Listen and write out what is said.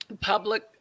public